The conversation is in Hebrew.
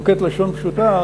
נוקט לשון פשוטה,